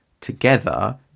together